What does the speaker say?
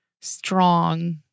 strong